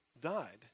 died